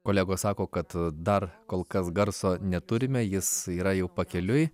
kolegos sako kad dar kol kas garso neturime jis yra jau pakeliui